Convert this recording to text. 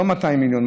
לא 200 מיליון,